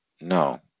no